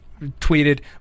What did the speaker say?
tweeted